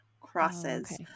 crosses